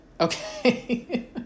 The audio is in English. Okay